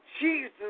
Jesus